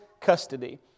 custody